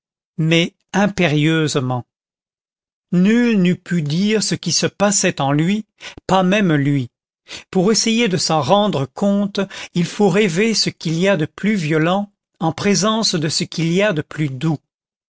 mais impérieusement nul n'eût pu dire ce qui se passait en lui pas même lui pour essayer de s'en rendre compte il faut rêver ce qu'il y a de plus violent en présence de ce qu'il y a de plus doux